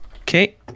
Okay